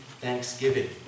thanksgiving